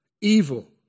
Evil